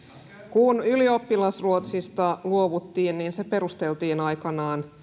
kun ylioppilasruotsista luovuttiin niin se perusteltiin aikoinaan